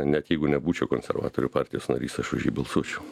net jeigu nebūčiau konservatorių partijos narys aš už jį balsuočiau